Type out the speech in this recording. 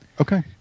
Okay